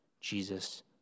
Jesus